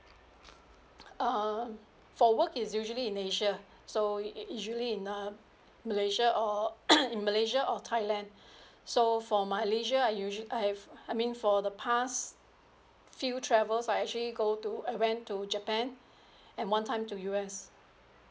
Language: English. err for work is usually in asia so you you usually in uh malaysia or in malaysia or thailand so for my leisure I usually I have I mean for the past few travels I actually go to I went to japan and one time to U_S